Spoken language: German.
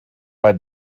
bei